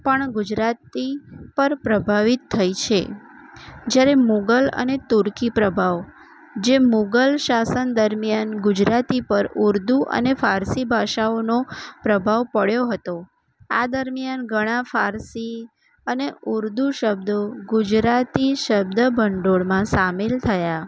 પણ ગુજરાતી પર પ્રભાવિત થઈ છે જ્યારે મોગલ અને તુર્કી પ્રભાવ જે મુગલ શાંશન દરમ્યાન ગુજરાતી પર ઉર્દૂ અને ફારસી ભાષાઓનો પ્રભાવ પડ્યો હતો આ દરમ્યાન ઘણા ફારસી અને ઉર્દૂ શબ્દો ગુજરાતી શબ્દ ભંડોળમાં શામેલ થયા